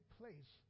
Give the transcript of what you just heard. place